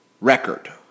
record